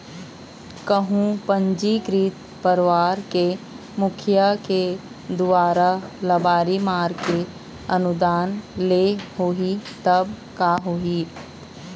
कहूँ पंजीकृत परवार के मुखिया के दुवारा लबारी मार के अनुदान ले होही तब का होही?